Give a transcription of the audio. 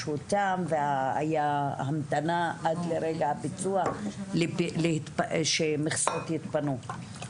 אותם והיה המתנה עד לרגע הביצוע שמכסות התפנו.